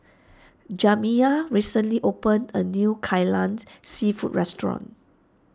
Jamiya recently opened a new Kai Lan Seafood restaurant